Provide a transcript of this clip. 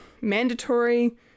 mandatory